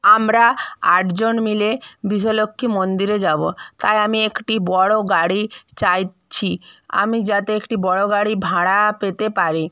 আমরা আট জন মিলে বিশ্বলক্ষ্মী মন্দিরে যাব তাই আমি একটি বড়ো গাড়ি চাইছি আমি যাতে একটি বড়ো গাড়ি ভাড়া পেতে পারি